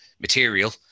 material